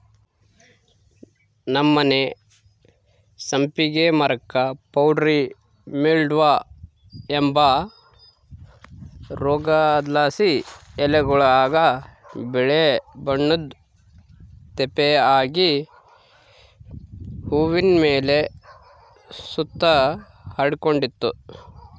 ನಮ್ಮನೆ ಸಂಪಿಗೆ ಮರುಕ್ಕ ಪೌಡರಿ ಮಿಲ್ಡ್ವ ಅಂಬ ರೋಗುದ್ಲಾಸಿ ಎಲೆಗುಳಾಗ ಬಿಳೇ ಬಣ್ಣುದ್ ತೇಪೆ ಆಗಿ ಹೂವಿನ್ ಮೇಲೆ ಸುತ ಹರಡಿಕಂಡಿತ್ತು